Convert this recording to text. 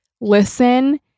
listen